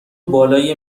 بالای